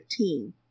1915